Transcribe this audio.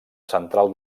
central